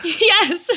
Yes